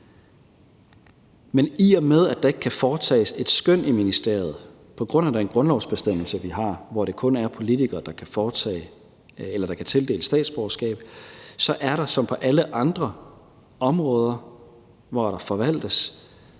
Men i og med at der ikke kan foretages et skøn i ministeriet på grund af den grundlovsbestemmelse, vi har, hvor det kun er politikere, der kan tildele statsborgerskab, så er der som på alle andre områder, hvor der forvaltes,